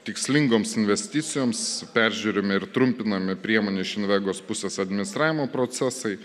tikslingoms investicijoms peržiūrimi ir trumpinami priemonių iš invegos pusės administravimo procesai